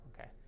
Okay